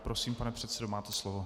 Prosím, pane předsedo, máte slovo.